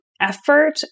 effort